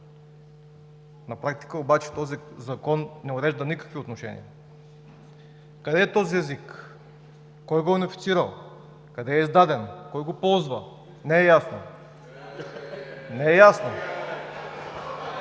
На практика обаче този закон не урежда никакви отношения. Къде е този език? Кой го е унифицирал? Къде е издаден? Кой го ползва? Не е ясно. РЕПЛИКИ